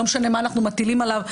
לא משנה מה אנחנו מטילים עליו,